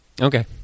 Okay